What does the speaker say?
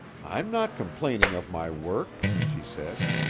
i'm not complaining of my work, she said.